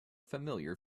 familiar